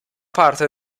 parte